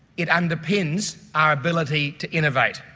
it underpins our ability to innovate,